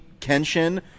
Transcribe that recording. Kenshin